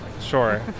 Sure